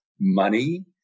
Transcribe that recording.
money